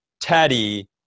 Teddy